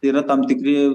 yra tam tikri